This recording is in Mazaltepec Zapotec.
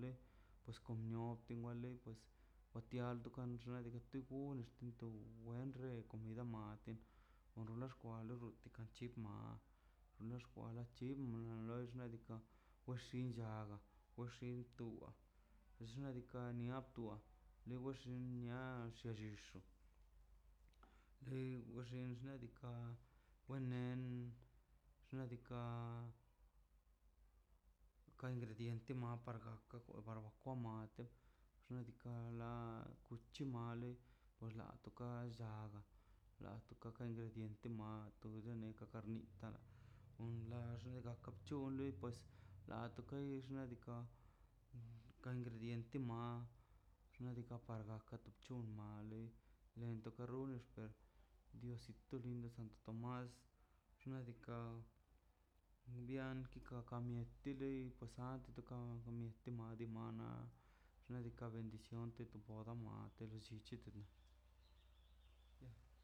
Kwale pues comio tu bale pues watialdo pan xiado tu gol axtinto wear ren comida mate odonle xkwale odonti kachi ma lo de xkwa kat chi ma wa loi xnaꞌ diikaꞌ wex llin lla we xin toa xnaꞌ diikaꞌ niaptoa lewan xin nia len wan xe xnaꞌ diikaꞌ we nen xnaꞌ diikaꞌ ka ingrediente ma to barbacoa mate xnaꞌ diikaꞌ la kulchi male por lanto ka lla la todaka ingrediente ma tu da necha karnita unlax kaxnita chung wa loi pues la tokaix diikaꞌ ka ingrediente ma xnaꞌ diikaꞌ par akto chung malei lento kanoix diosito lindo santo tomás xnaꞌ diikaꞌ wmbian diikaꞌ ka mieti loi pasar bendicion de tu boda mate lo llichili